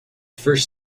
first